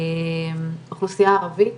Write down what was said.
האוכלוסייה הערבית,